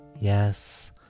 Yes